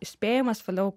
įspėjamas vėliau